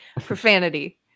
profanity